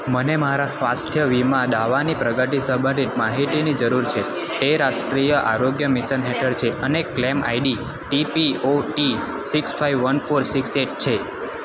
મને મારા સ્વાસ્થ્ય વીમા દાવાની પ્રગતિ સંબંધિત માહિતીની જરૂર છે તે રાષ્ટ્રીય આરોગ્ય મિશન હેઠળ છે અને claim ID T P O T six five one four six eight છે